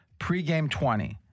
PREGAME20